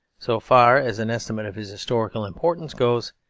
so far as an estimate of his historical importance goes,